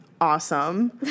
Awesome